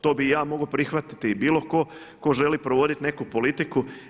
To bih i ja mogao prihvatiti i bilo tko, tko želi provoditi neku politiku.